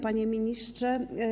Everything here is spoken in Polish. Panie Ministrze!